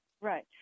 Right